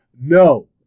No